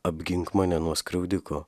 apgink mane nuo skriaudikų